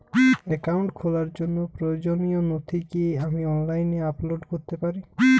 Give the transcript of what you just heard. Account খোলার জন্য প্রয়োজনীয় নথি কি আমি অনলাইনে আপলোড করতে পারি?